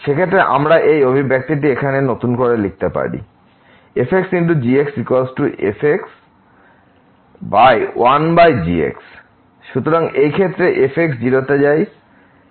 সেক্ষেত্রে আমরা এই অভিব্যক্তিটি এখানে নতুন করে লিখতে পারি fxgxfx1gx সুতরাং এই ক্ষেত্রে এখানে f 0 তে যায় এবং তারপর এই 1g ও 0 তে যাবে